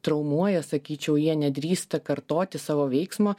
traumuoja sakyčiau jie nedrįsta kartoti savo veiksmo